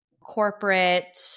corporate